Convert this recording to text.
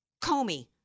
Comey